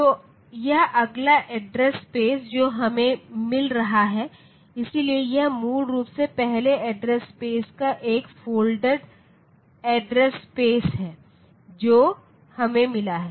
तो यह अगला एड्रेस स्पेस जो हमें मिल रहा है इसलिए यह मूल रूप से पहले एड्रेस स्पेस का एक फोल्डेड एड्रेस स्पेस है जो हमें मिला है